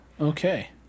okay